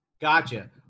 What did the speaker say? gotcha